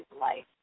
life